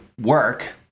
work